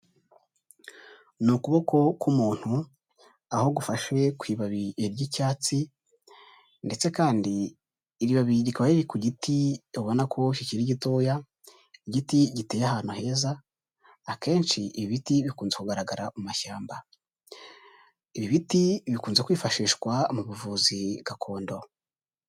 Ni ukuboko k'umuntu, aho gufashe ku ibabi ry'icyatsi ndetse kandi iri babi rikaba riri ku giti ubona ko kikiri gitoya, igiteye ahantu heza, akenshi ibiti bikunze kugaragara mu mashyamba, ibi biti bikunze kwifashishwa mu buvuzi gakondo.